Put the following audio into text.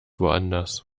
woanders